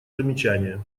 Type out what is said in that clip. замечания